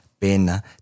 Pena